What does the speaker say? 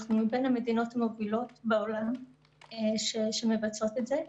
אנחנו בין המדינות המובילות בעולם שמבצעות את זה.